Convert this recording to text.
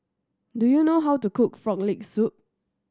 do you know how to cook Frog Leg Soup